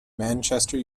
manchester